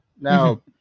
Now